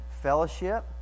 Fellowship